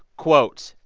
quote,